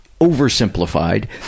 oversimplified